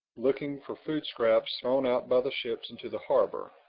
looking for food-scraps thrown out by the ships into the harbor.